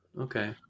Okay